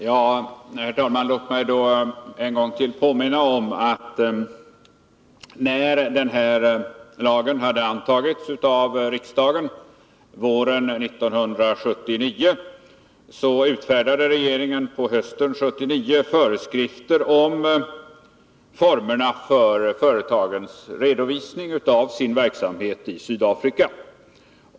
Herr talman! Låt mig en gång till påminna om att när den här lagen hade antagits av riksdagen våren 1979, så utfärdade regeringen på hösten 1979 föreskrifter om formerna för företagens redovisning av sin verksamhet i Sydafrika.